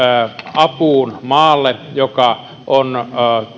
apuun maalle joka on